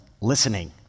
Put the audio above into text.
listening